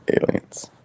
Aliens